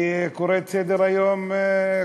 אני קורא את סדר-היום,